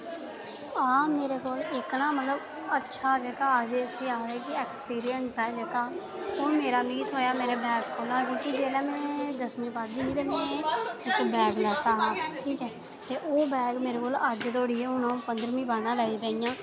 हां मेरे कोल इक ना मतलब अच्छा जेह्का जिसी आखदे कि एक्सपीरियंस ऐ जेह्का ओह् मेरा मिकी थ्होआ मेरे बैग कोला क्यूंकि जेल्लै मैं दसमीं पढ़दी ही ते मैं इक बैग लैता हा ठीक ऐ ते ओह् बैग मेरे कोल अज्जै धोड़ी ऐ हून अ'ऊं पंदरमीं पढ़न लगी पेईं ऐं